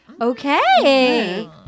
Okay